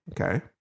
Okay